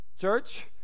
Church